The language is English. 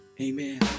amen